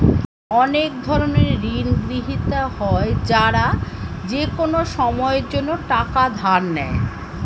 অনেক ধরনের ঋণগ্রহীতা হয় যারা যেকোনো সময়ের জন্যে টাকা ধার নেয়